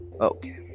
okay